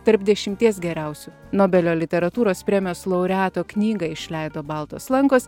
tarp dešimties geriausių nobelio literatūros premijos laureato knygą išleido baltos lankos